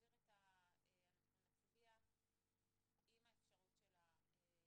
נצביע עם האפשרות של הממונה,